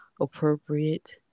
appropriate